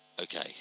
Okay